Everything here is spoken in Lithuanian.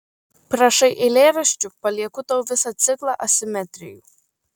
prašai eilėraščių palieku tau visą ciklą asimetrijų